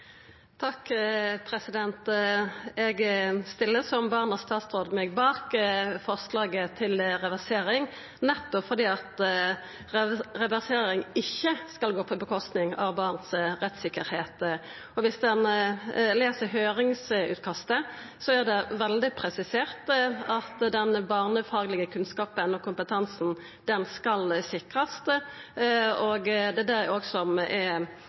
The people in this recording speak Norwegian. meg bak forslaget til reversering, nettopp fordi reversering ikkje skal gå på kostnad av barna sin rettstryggleik. Dersom ein les høyringsutkastet, er det veldig klart presisert at den barnefaglege kunnskapen og kompetansen skal sikrast, og det er det som er